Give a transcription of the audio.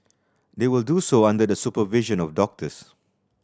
they will do so under the supervision of doctors